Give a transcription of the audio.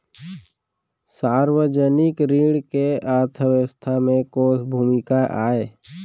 सार्वजनिक ऋण के अर्थव्यवस्था में कोस भूमिका आय?